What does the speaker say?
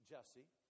Jesse